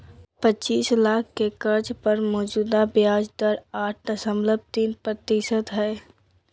पचीस लाख के कर्ज पर मौजूदा ब्याज दर आठ दशमलब तीन प्रतिशत हइ